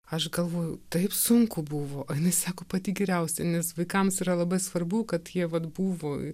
aš galvoju taip sunku buvo o jinai sako pati geriausia nes vaikams yra labai svarbu kad jie vat buvo